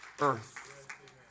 earth